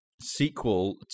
sequel